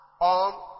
on